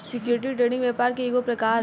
security trading व्यापार के ईगो प्रकार ह